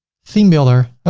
theme builder,